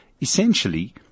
essentially